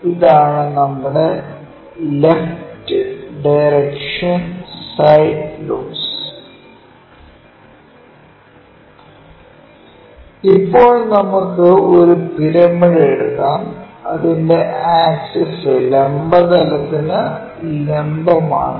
ഇതാണ് നമ്മുടെ left direction side looks ഇപ്പോൾ നമുക്ക് ഒരു പിരമിഡ് എടുക്കാം അതിന്റെ ആക്സിസ് ലംബ തലത്തിനു ലംബം ആണ്